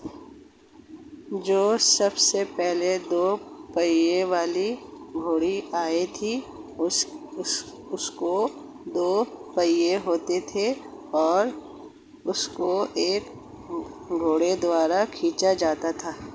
जो सबसे पहले हे टेडर मशीन आई थी उसके दो पहिये होते थे और उसे एक घोड़े द्वारा खीचा जाता था